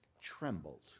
trembled